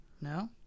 No